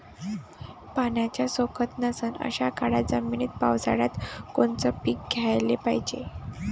पाण्याचा सोकत नसन अशा काळ्या जमिनीत पावसाळ्यात कोनचं पीक घ्याले पायजे?